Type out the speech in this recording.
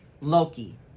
loki